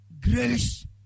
grace